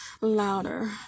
louder